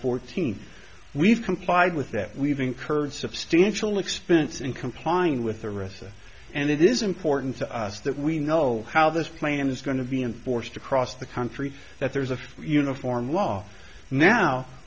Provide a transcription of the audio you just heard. fourteen we've complied with that we've incurred substantial expense in complying with the rest and it is important to us that we know how this plan is going to be enforced across the country that there's a uniform